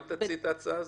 גם תציעי את ההצעה הזאת?